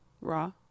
raw